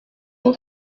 wowe